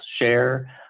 share